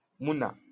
Muna